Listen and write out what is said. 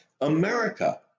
America